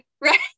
right